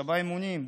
להישבע אמונים,